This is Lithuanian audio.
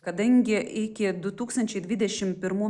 kadangi iki du tūkstančiai dvidešimt pirmų